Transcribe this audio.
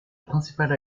principale